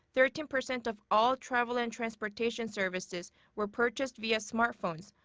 thirteen percent of all travel and transportation services were purchased via smartphones.